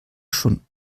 schon